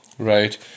Right